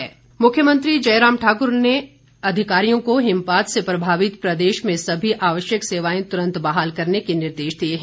मुख्यमंत्री मुख्यमंत्री जयराम ठाकुर ने अधिकारियों को हिमपात से प्रभावित प्रदेश में सभी आवश्यक सेवाएं तुरंत बहाल करने के निर्देश दिए हैं